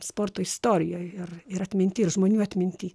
sporto istorijoj ir ir atminty ir žmonių atminty